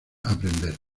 aprender